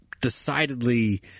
decidedly